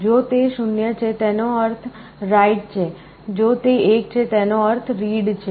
જો તે 0 છે તો તેનો અર્થ write છે જો તે 1 છે તો તેનો અર્થ read છે